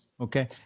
okay